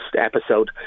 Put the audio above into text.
episode